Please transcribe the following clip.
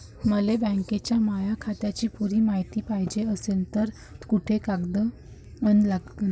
मले बँकेच्या माया खात्याची पुरी मायती पायजे अशील तर कुंते कागद अन लागन?